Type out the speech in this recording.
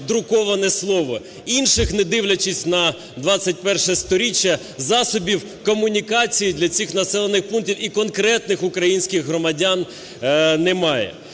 друковане слово, інших, не дивлячись на ХХІ сторіччя, засобів комунікації для цих населених пунктів і конкретних українських громадян немає.